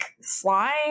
slime